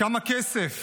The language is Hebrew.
כמה כסף,